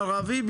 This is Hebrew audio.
ערבים,